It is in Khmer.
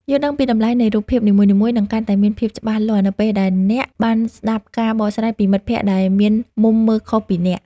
យល់ដឹងពីតម្លៃនៃរូបភាពនីមួយៗនឹងកាន់តែមានភាពច្បាស់លាស់នៅពេលដែលអ្នកបានស្តាប់ការបកស្រាយពីមិត្តភក្តិដែលមានមុំមើលខុសពីអ្នក។